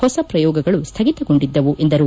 ಹೊಸ ಪ್ರಯೋಗಗಳು ಸ್ಥಿತಗೊಂಡಿದ್ದವು ಎಂದರು